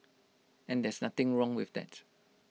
and there's nothing wrong with that